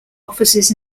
offices